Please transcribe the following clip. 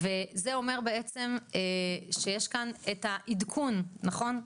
זה אומר בעצם שיש כאן את העדכון, נכון?